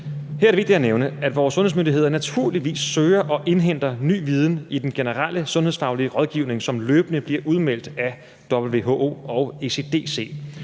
Her er det vigtigt at nævne, at vores sundhedsmyndigheder naturligvis søger og indhenter ny viden i den generelle sundhedsfaglige rådgivning, som løbende bliver udmeldt af WHO og ECDC.